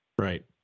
Right